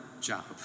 job